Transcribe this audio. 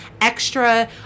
extra